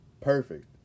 Perfect